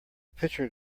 pitcher